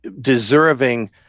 deserving